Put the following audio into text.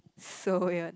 so ya